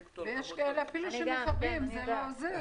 ואפילו כשמכבים זה לא עוזר.